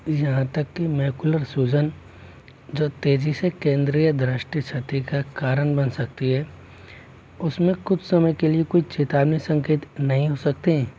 यहाँ तक कि मैकुलर सूजन जो तेज़ी से केंद्रीय दृश्य क्षति का कारण बन सकती है उसमें कुछ समय के लिए कोई चेतावनी संकेत नहीं हो सकते हैं